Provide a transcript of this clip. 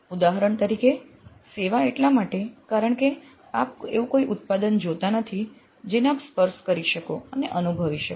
ઉદાહરણ તરીકે સેવા એટલા માટે કારણ કે આપ એવું કોઈ ઉત્પાદન જોતા નથી જેને આપ સ્પર્શ કરી શકો અને અનુભવી શકો